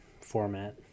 format